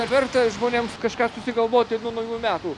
dabar žmonėms kažką susigalvoti nuo naujųjų metų